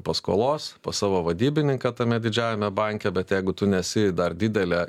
paskolos pas savo vadybininką tame didžiajame banke bet jeigu tu nesi dar didelė